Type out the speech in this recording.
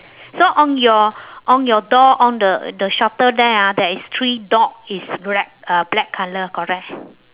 so on your on your door on the the shutter there ah there is three dog is black uh black colour correct